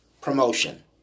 promotion